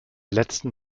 letzten